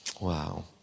Wow